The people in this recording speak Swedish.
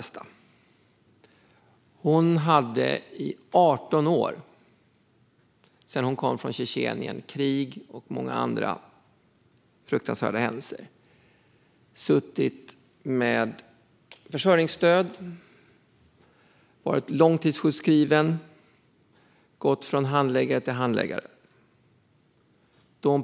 Sedan hon för 18 år sedan kom från Tjetjenien från krig och många andra fruktansvärda händelser hade hon suttit med försörjningsstöd, varit långtidssjukskriven och gått från handläggare till handläggare.